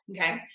okay